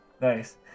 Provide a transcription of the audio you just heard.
nice